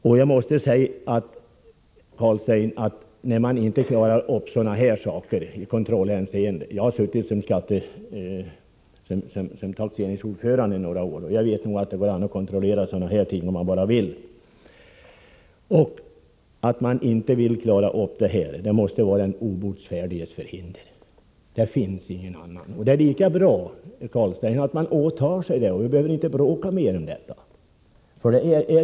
Det är svagt, Rune Carlstein, att man inte kan klara kontrollen. Jag har varit taxeringsnämndsordförande i några år och vet att det går att kontrollera sådana här saker om man bara vill. Att man inte kan klara upp denna sak måste bero på den obotfärdiges förhinder. Det finns ingen annan förklaring. Det är lika bra att man erkänner det, Rune Carlstein. Då behöver vi inte bråka mer om detta.